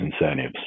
incentives